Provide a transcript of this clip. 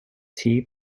tea